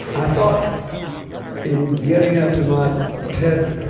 i thought in getting up to my ted